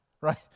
right